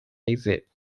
exist